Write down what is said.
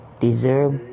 deserve